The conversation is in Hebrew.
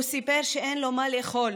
הוא סיפר שאין לו מה לאכול,